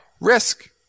risk